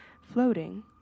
floating